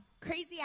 crazy